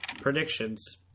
predictions